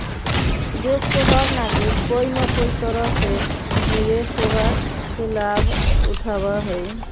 देश के हर नागरिक कोई न कोई तरह से निवेश सेवा के लाभ उठावा हई